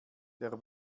der